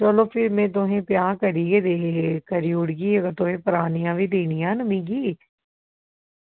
चलो भी में तुसेंगी पंजाह् करी ओड़गी अगर तुसें मिगी परानियां बी देनियां न